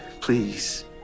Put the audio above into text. please